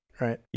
right